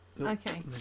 okay